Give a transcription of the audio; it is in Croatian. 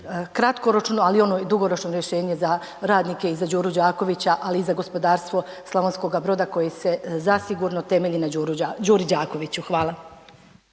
kratkoročnu, ali i ono dugoročno rješenje za radnike i za Đuru Đakovića, ali i za gospodarstvo Slavonskoga Broda koji se zasigurno temelji na Đuri Đakoviću. Hvala.